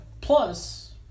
Plus